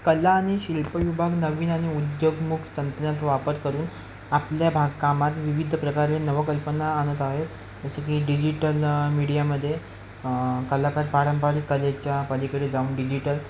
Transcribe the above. कला आणि शिल्प विभाग नवीन आणि उद्योगमुख तंत्रज्ञानाचा वापर करून आपल्या बागकामात विविध प्रकारे नवकल्पना आणत आहे जसे की डिजिटल मीडियामध्ये कलाकार पारंपरिक कलेच्या पलीकडे जाऊन डिजिटल